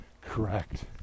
correct